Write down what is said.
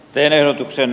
erotuksen